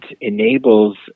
enables